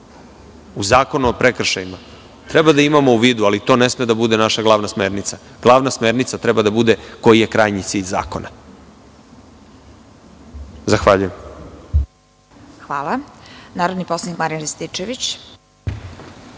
u Zakonu o prekršajima? Treba da imamo u vidu, ali to ne sme da bude naša glavna smernica. Glavna smernica treba da bude koji je krajnji cilj zakona. Zahvaljujem se. **Vesna Kovač** Reč ima narodni poslanik Marijan Rističević.